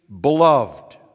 beloved